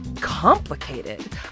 complicated